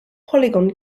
polygon